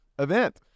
Event